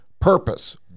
purpose